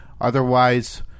Otherwise